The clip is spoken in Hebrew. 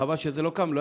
חבל שזה לא קם,